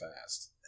fast